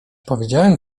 powiedziałem